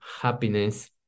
happiness